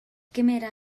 gymera